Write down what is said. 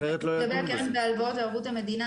לגבי הקרן להלוואות בערבות המדינה,